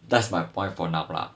that's my point for now lah